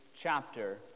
chapter